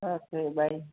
okay bye